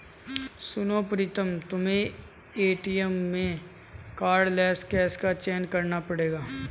सुनो प्रीतम तुम्हें एटीएम में कार्डलेस कैश का चयन करना पड़ेगा